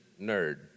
nerd